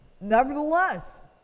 Nevertheless